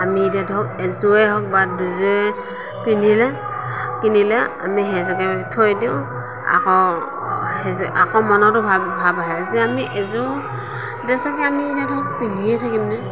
আমি এতিয়া ধৰক এযোৰে হওঁক বা দুযোৰে পিন্ধিলে কিনিলে আমি সেইযোৰকে থৈ দিওঁ আকৌ সেইযোৰে আকৌ মনতো ভাৱ আহে যে আমি এইযোৰ পিন্ধিয়ে থাকিমনে